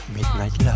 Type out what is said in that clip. Midnight